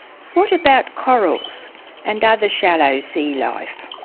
what about corals and other shallow sea life?